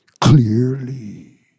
Clearly